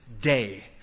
day